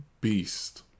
beast